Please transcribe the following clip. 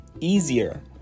easier